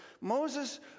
Moses